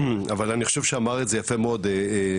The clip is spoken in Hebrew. אבל אני חושב שאמר את זה יפה מאוד נדב,